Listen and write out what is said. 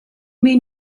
mean